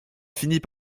finit